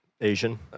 Asian